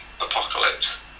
apocalypse